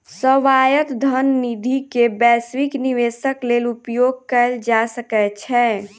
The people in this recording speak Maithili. स्वायत्त धन निधि के वैश्विक निवेशक लेल उपयोग कयल जा सकै छै